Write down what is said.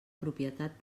propietat